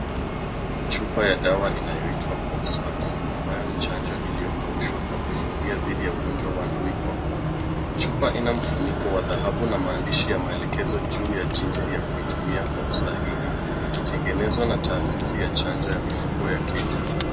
Chupa ya dawa inayoitwa Poxvax , ambayo ni chanjo iliyokaushwa kwa kufungia dhidi ya ugonjwa wa ndui kwa kuku . Chupa ina mfuniko wa dhahabu na maandishi ya maelekezo juu ya jinsi ya kuitumia kwa usahihi, ikitengenezwa na taasisi ya chanjo ya mifugo ya Kenya.